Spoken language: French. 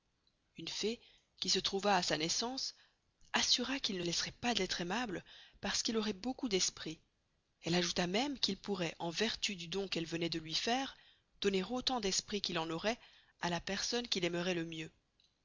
une fée qui se trouva à sa naissance asseura qu'il ne laisseroit pas d'estre aimable parce qu'il auroit beaucoup d'esprit elle ajoûta même qu'il pourroit en vertu du don qu'elle venoit de luy faire donner autant d'esprit qu'il en auroit à la personne qu'il aimeroit le mieux